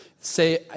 Say